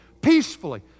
peacefully